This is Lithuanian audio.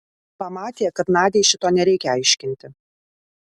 pamatė kad nadiai šito nereikia aiškinti